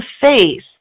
face